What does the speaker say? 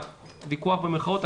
ויכוח במרכאות,